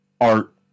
art